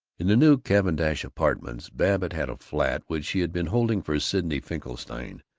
in the new cavendish apartments, babbitt had a flat which he had been holding for sidney finkelstein,